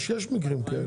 יש מקרים כאלה.